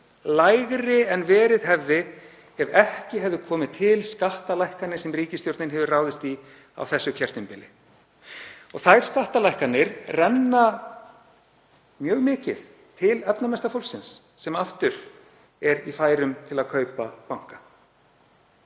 lægri en verið hefði ef ekki hefðu komið til skattalækkanir sem ríkisstjórnin hefur ráðist í á þessu kjörtímabili. Þær skattalækkanir renna mjög mikið til efnamesta fólksins sem aftur er í færum til að kaupa banka.